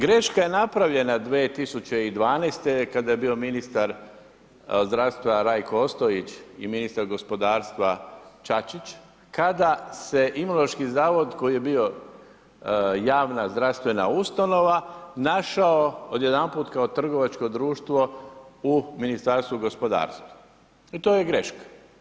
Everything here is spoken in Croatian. Greška je napravljena 2012. kada je bio ministar zdravstva Rajko Ostojić i ministar gospodarstva Čačič kada se Imunološki zavod koji je bio javna zdravstvena ustanova, našao odjedanput kao trgovačko društvo u Ministarstvu gospodarstva i to je greška.